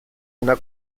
una